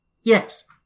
Yes